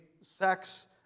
sex